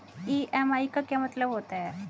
EMI का क्या मतलब होता है?